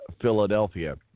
Philadelphia